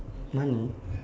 money